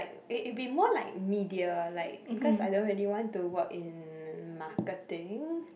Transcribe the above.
it it'll be more like media like because I don't really want to work in marketing